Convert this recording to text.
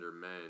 men